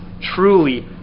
truly